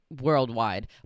worldwide